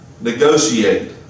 negotiate